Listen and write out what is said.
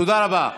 תודה רבה.